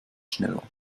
schneller